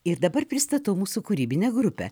ir dabar pristatau mūsų kūrybinę grupę